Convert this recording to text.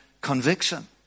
conviction